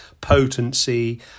potency